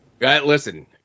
Listen